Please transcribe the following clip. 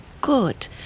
Good